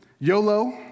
YOLO